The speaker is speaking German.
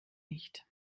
nicht